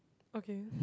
okay